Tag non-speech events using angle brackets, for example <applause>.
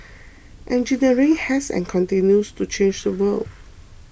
<noise> engineering has and continues to change the world